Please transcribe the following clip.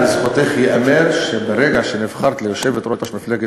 ולזכותך ייאמר שברגע שנבחרת ליושבת-ראש מפלגת